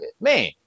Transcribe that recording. man